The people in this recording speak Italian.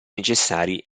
necessari